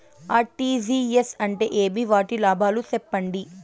RTGS అంటే ఏమి? వాటి లాభాలు సెప్పండి?